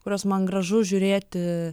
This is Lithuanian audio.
kuriuos man gražu žiūrėti